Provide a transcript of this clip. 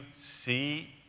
see